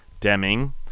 Deming